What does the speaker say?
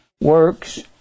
works